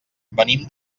venim